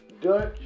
Dutch